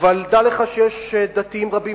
אבל דע לך שיש דתיים רבים,